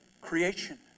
Creation